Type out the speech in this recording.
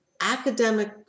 academic